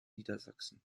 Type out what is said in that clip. niedersachsen